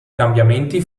cambiamenti